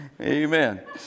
Amen